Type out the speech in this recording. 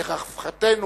לרווחתנו.